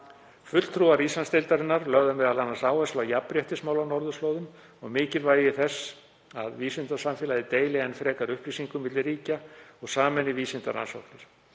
Fulltrúar Íslandsdeildarinnar lögðu m.a. áherslu á jafnréttismál á norðurslóðum og mikilvægi þess að vísindasamfélagið deili enn frekar upplýsingum milli ríkja og sameini vísindarannsóknir.